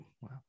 wow